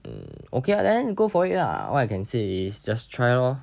mm okay lah then go for it lah what I can say is just try lor